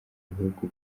bihugu